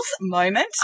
moment